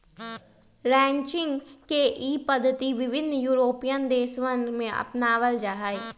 ranching के ई पद्धति विभिन्न यूरोपीयन देशवन में अपनावल जाहई